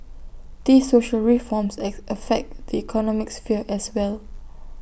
these social reforms affect the economic sphere as well